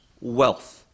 wealth